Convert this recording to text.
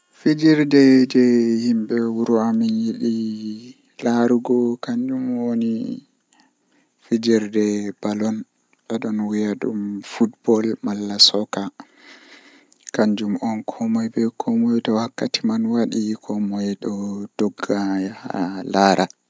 Ndikkinami mi laarta bingel pamaro haa rayuwa am fuu, Ngam bingel pamarel wala bone ayarata wala kuugal ahuwata ko ndei kala ko ayidi fuu be wannete be nyamnama be yarnama be wurnama ko ayidi pat bo be wannama, Amma maudo bo atokkan yarugo bone atokkan wadugo ko a andi fu to bone wari ma ayara bone man feere ma wala mo jabatama.